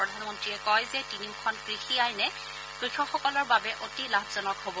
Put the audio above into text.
প্ৰধানমন্ত্ৰীয়ে কয় যে তিনিওখন কৃষি আইনে কৃষকসকলৰ বাবে অতি লাভজনক হ'ব